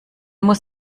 muss